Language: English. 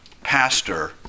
pastor